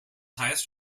highest